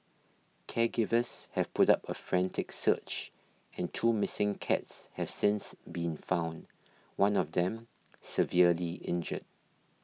caregivers have put up a frantic search and two missing cats have since been found one of them severely injured